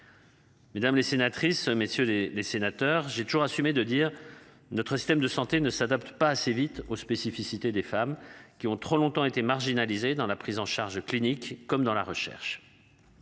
Mesdames les sénatrices messieurs les les sénateurs. J'ai toujours assumé de dire notre système de santé ne s'adapte pas assez vite aux spécificités des femmes qui ont trop longtemps été marginalisées dans la prise en charge clinique comme dans la recherche.